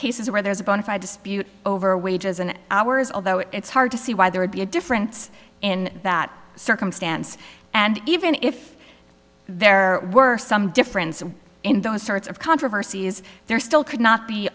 cases where there is a bona fide dispute over wages and hours although it's hard to see why there would be a difference in that circumstance and even if there were some differences in those sorts of controversies there still could not be